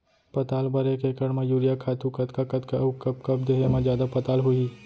पताल बर एक एकड़ म यूरिया खातू कतका कतका अऊ कब कब देहे म जादा पताल होही?